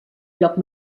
lloc